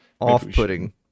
Off-putting